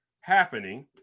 happening